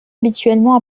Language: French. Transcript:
habituellement